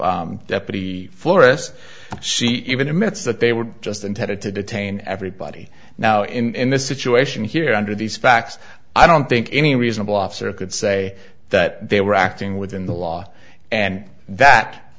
deputy fluoresce she even admits that they were just intended to detain everybody now in this situation here under these facts i don't think any reasonable officer could say that they were acting within the law and that